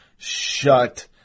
Shut